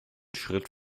schritt